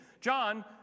John